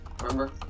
remember